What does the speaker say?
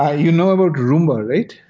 ah you know about roomba, right?